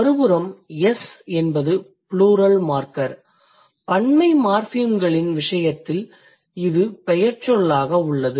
மறுபுறம் s என்பது plural marker பன்மை மார்ஃபிம்களின் விசயத்தில் இது பெயர்ச்சொல்லாக உள்ளது